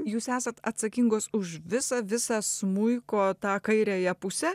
jūs esat atsakingos už visą visą smuiko tą kairiąją pusę